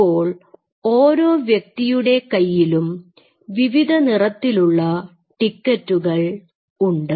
അപ്പോൾ ഓരോ വ്യക്തികളുടെ കയ്യിലും വിവിധ നിറത്തിലുള്ള ടിക്കറ്റുകൾ ഉണ്ട്